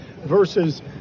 versus